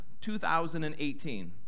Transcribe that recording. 2018